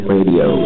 Radio